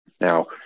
Now